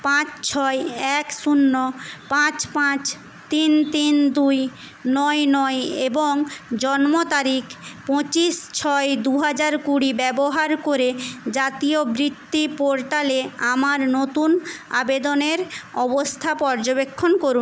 পাঁচ ছয় এক শূন্য পাঁচ পাঁচ তিন তিন দুই নয় নয় এবং জন্ম তারিখ পঁচিশ ছয় দু হাজার কুড়ি ব্যবহার করে জাতীয় বৃত্তি পোর্টালে আমার নতুন আবেদনের অবস্থা পর্যবেক্ষণ করুন